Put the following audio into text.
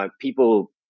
people